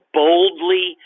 boldly